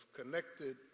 connected